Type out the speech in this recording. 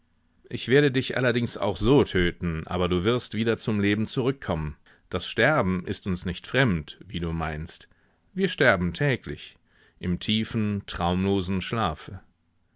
ich werde dich allerdings auch so töten aber du wirst wieder zum leben zurückkommen das sterben ist uns nicht so fremd wie du meinst wir sterben täglich im tiefen traumlosen schlafe